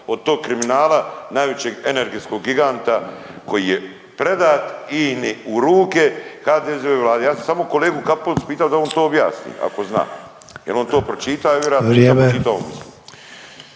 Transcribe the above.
od tog kriminala najvećeg energetskog giganta koji je predat INI u ruke HDZ-ovoj vladi. Ja sam samo kolegu Kapulicu pitao da on to objasni ako zna, jel on to pročitao